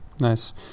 nice